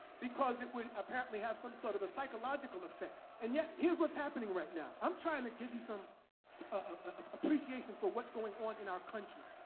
because it would apparently have some sort of a psychological effect. and yet, here's what's happening right now. i'm trying to give you some so ah appreciation for what's going on in our country.